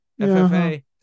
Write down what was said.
FFA